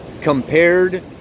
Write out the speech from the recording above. compared